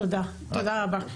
תודה רבה.